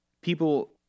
People